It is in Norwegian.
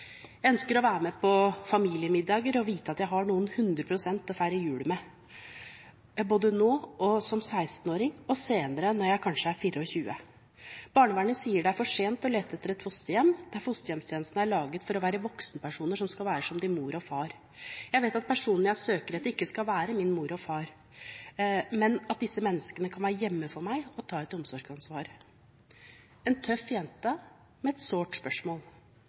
jeg kan kalle hjemme og føle normalitet». Og videre: «Jeg ønsker å være med på familiemiddager og vite at jeg har noen 100 % å feire jul med, både nå som 16 åring, og senere når jeg er kanskje 24. Barnevernet sier det er for sent å lete etter fosterhjem, der fosterhjemstjenesten er laget for å være voksenpersoner som skal være som din «mor og far». Jeg vet at personene jeg søker etter ikke skal være min mor, eller min far. Men at disse menneskene kan være hjemme for meg, og ta et omsorgsansvar.» Dette er en tøff jente, med et sårt